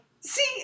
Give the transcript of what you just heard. See